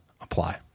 apply